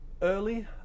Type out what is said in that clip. Early